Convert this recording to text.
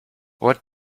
what